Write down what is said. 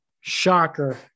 Shocker